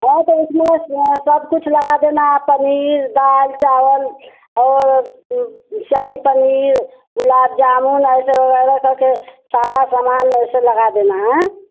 हाँ तो इसमें सब कुछ लगा देना पनीर दाल चावल और शाही पनीर गुलाब जामुन ऐसे वगैरह करके सारा सामान ऐसे लगा देना हाँ